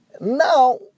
now